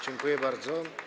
Dziękuję bardzo.